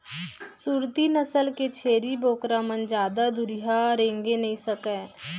सूरती नसल के छेरी बोकरा मन जादा दुरिहा रेंगे नइ सकय